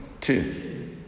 Two